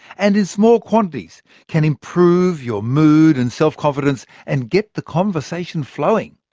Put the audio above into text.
and in small quantities can improve your mood and self-confidence, and get the conversation flowing.